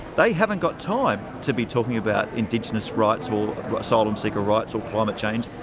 they haven't got time to be talking about indigenous rights or asylum seeker rights or climate change.